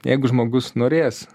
jeigu žmogus norės